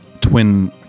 twin